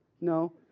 No